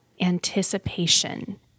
anticipation